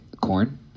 corn